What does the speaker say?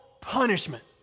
punishment